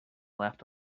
laughed